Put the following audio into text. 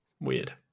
Weird